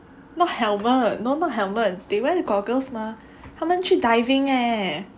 not helmet no not helmet they wear the goggles mah 他们去 diving eh